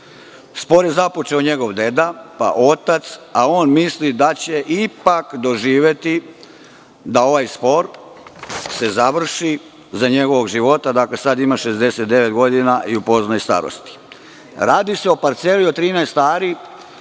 Spor je započeo njegov deda, pa otac, a on misli da će ipak doživeti da se ovaj spor završi za njegovog života. Sada ima 69 godina i u poznoj je starosti. Radi se o parceli od 13 ari